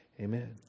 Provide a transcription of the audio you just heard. Amen